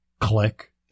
Click